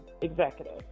executive